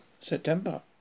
september